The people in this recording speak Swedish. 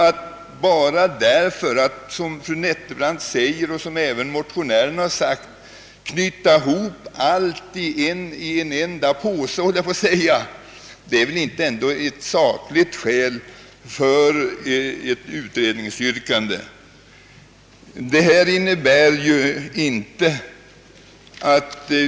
Att som fru Nettelbrandt och motionärerna så att säga knyta ihop allt i en enda påse är väl ändå inte ett sakligt skäl för ett utredningsyrkande.